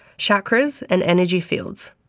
chakras and energy fields?